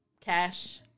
cash